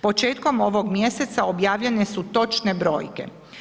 Početkom ovog mjeseca objavljene su točne brojke.